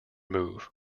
move